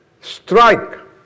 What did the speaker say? strike